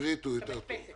שהם האשכולות